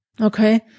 Okay